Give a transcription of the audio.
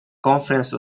conference